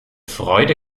freude